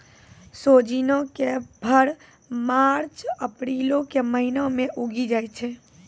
सोजिना के फर मार्च अप्रीलो के महिना मे उगि जाय छै